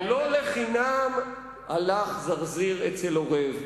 לא לחינם הלך זרזיר אצל עורב.